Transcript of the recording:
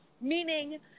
Meaning